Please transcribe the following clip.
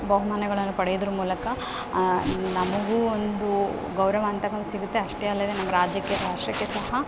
ಬಹುಮಾನಗಳನ್ನು ಪಡೆಯೋದರ ಮೂಲಕ ನಮಗೂ ಒಂದು ಗೌರವ ಅಂತನು ಸಿಗುತ್ತೆ ಅಷ್ಟೇ ಅಲ್ಲದೆ ನಮ್ಮ ರಾಜ್ಯಕ್ಕೆ ರಾಷ್ಟ್ರಕ್ಕೆ ಸಹ